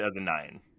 2009